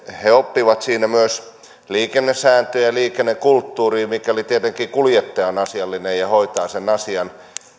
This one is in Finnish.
he oppivat siinä myös liikennesääntöjä liikennekulttuuria tietenkin mikäli kuljettaja on asiallinen ja hoitaa sen asian